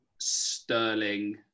Sterling